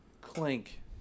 clink